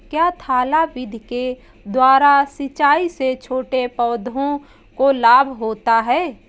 क्या थाला विधि के द्वारा सिंचाई से छोटे पौधों को लाभ होता है?